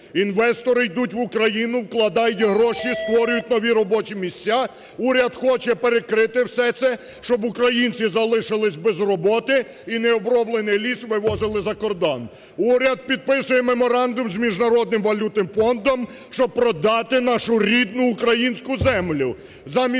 Інвестори йдуть в Україну, вкладають гроші, створюють нові робочі місця, уряд хоче перекрити все це, щоб українці залишились без роботи і необроблений ліс вивозили за кордон. Уряд підписує меморандум з Міжнародним валютним фондом, щоб продати нашу рідну українську землю